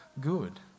good